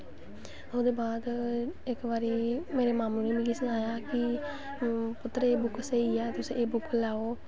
ओह्दे बाद इक बारी मेरे मामू ने मिगी सनाया हा कि पुत्तर एह् बुक्क स्हेई ऐ तुस एह् बुक्क लैओ